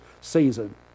season